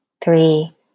three